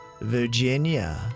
Virginia